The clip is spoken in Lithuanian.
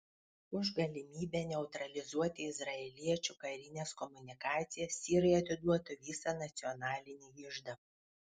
už galimybę neutralizuoti izraeliečių karines komunikacijas sirai atiduotų visą nacionalinį iždą